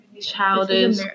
Childish